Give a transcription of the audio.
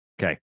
Okay